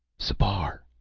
sipar!